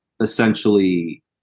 essentially